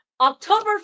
October